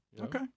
Okay